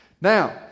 Now